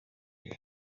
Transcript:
yawe